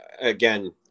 again